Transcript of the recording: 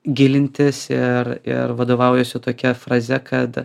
gilintis ir ir vadovaujuosi tokia fraze kad